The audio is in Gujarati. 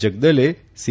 જગદલે સી